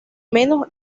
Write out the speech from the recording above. menos